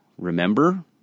remember